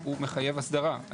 מחייב הסדרה.